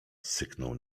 syknął